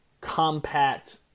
compact